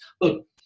look